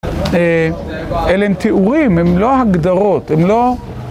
אלה הם תיאורים, הן לא הגדרות, הן לא...